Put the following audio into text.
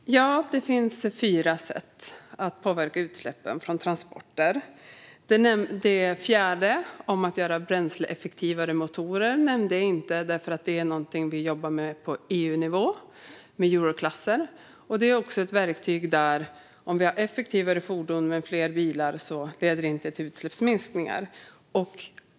Fru talman! Det finns fyra sätt att påverka utsläppen från transporter. Det fjärde om att göra bränsleeffektivare motorer nämnde jag inte eftersom det är någonting vi jobbar med på EU-nivå med euroklasser. Det är också ett verktyg som gör att om vi har effektivare fordon men fler bilar leder det inte till utsläppsminskningar.